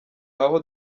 aho